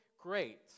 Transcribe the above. great